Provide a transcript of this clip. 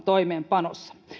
toimeenpanossa